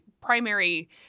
primary